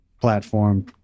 platform